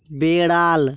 বেড়াল